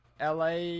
la